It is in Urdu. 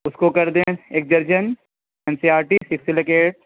اس کو کر دیں ایک درجن N C R T six سے ایٹ